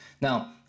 Now